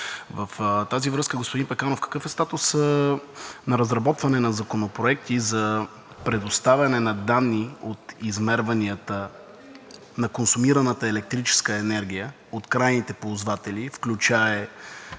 В тази връзка, господин Пеканов, какъв е статусът на разработване на законопроекти за предоставяне на данни от измерванията на консумираната електрическа енергия от крайните ползватели, включващи